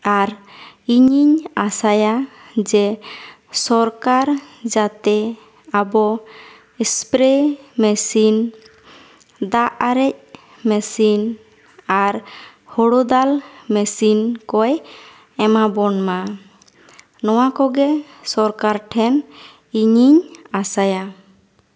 ᱟᱨ ᱤᱧᱤᱧ ᱟᱥᱟᱭᱟ ᱡᱮ ᱥᱚᱨᱠᱟᱨ ᱡᱟᱛᱮ ᱟᱵᱚ ᱥᱯᱨᱮ ᱢᱮᱥᱤᱱ ᱫᱟᱜ ᱟᱨᱮᱡ ᱢᱮᱥᱤᱱ ᱟᱨ ᱦᱳᱲᱳ ᱫᱟᱞ ᱢᱮᱥᱤᱱ ᱠᱚᱭ ᱮᱢᱟ ᱵᱚᱱ ᱢᱟ ᱱᱚᱣᱟ ᱠᱚ ᱜᱮ ᱥᱚᱨᱠᱟᱨ ᱴᱷᱮᱱ ᱤᱧᱤᱧ ᱟᱥᱟᱭᱟ